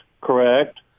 Correct